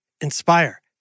Inspire